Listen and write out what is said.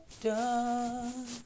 done